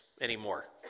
anymore